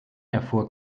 erfuhr